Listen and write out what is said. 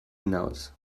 hinaus